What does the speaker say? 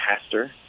pastor